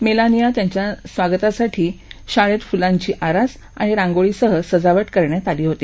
Melania यांच्या स्वागतासाठी शाळेत फ्लांची आरास आणि रांगोळीसह सजावट करण्यात आली होती